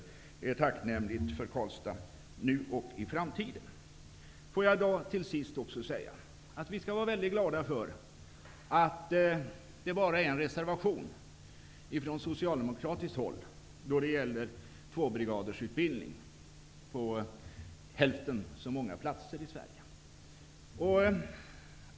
Det är tacknämligt för Karlstad nu och i framtiden. Får jag till sist också säga att vi skall vara mycket glada för att det bara är en reservation från socialdemokratiskt håll då det gäller tvåbrigadsutbildning på hälften så många platser i Sverige.